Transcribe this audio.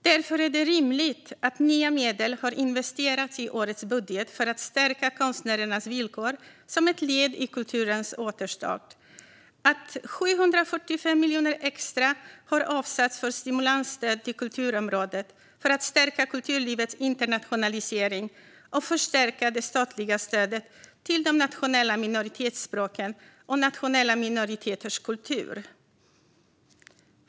Därför är det rimligt att nya medel har investerats i årets budget för att stärka konstnärernas villkor som ett led i kulturens återstart och att 745 miljoner extra har avsatts för stimulansstöd till kulturområdet för att stärka kulturlivets internationalisering och förstärka det statliga stödet till de nationella minoritetsspråken och nationella minoriteters kultur.